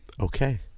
Okay